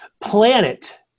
Planet